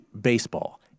baseball